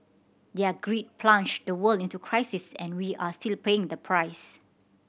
their greed plunged the world into crisis and we are still paying the price